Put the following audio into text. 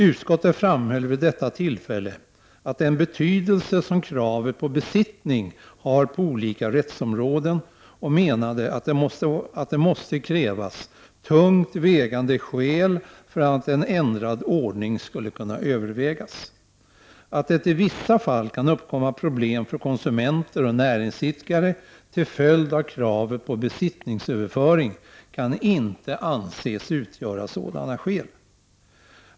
Utskottet framhöll vid detta tillfälle den betydelse som kravet på besittning har på olika rättsområden och menade att det måste krävas tungt vägande skäl för att en ändrad ordning skulle kunna övervägas. Att det i vissa fall kan uppkomma problem för konsumenter och näringsidkare till följd av kravet på besittningsöverföring kan inte anses utgöra sådana skäl.